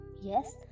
Yes